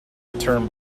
return